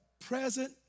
present